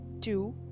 two